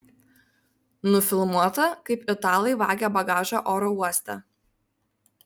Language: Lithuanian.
nufilmuota kaip italai vagia bagažą oro uoste